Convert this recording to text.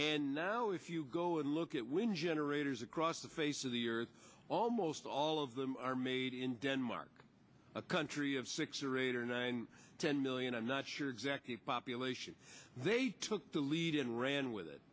and now if you go and look at when generators across the face of the earth almost all of them are made in denmark a country of six or eight or nine ten million i'm not sure exactly if population they took the lead and ran with it